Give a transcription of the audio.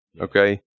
okay